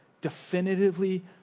definitively